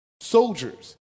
soldiers